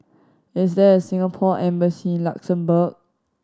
is there a Singapore Embassy in Luxembourg